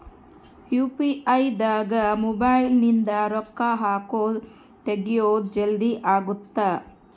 UPI ದಾಗ mobile ನಿಂದ ರೊಕ್ಕ ಹಕೊದ್ ತೆಗಿಯೊದ್ ಜಲ್ದೀ ಅಗುತ್ತ